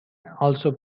also